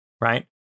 right